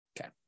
Okay